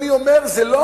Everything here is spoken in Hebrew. אני חושב,